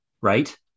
right